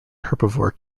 herbivore